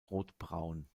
rotbraun